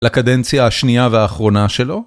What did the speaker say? לקדנציה השנייה והאחרונה שלו.